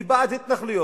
היא בעד התנחלויות,